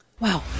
Wow